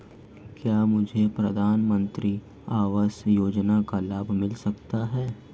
क्या मुझे प्रधानमंत्री आवास योजना का लाभ मिल सकता है?